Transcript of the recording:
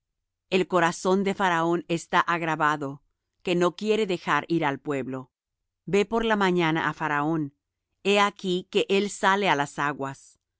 el corazón de faraón está agravado que no quiere dejar ir al pueblo ve por la mañana á faraón he aquí que él sale á las aguas